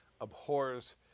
abhors